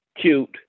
cute